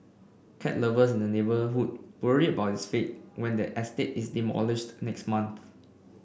cat lovers in the neighbourhood worry about its fate when the estate is demolished next month